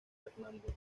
fernando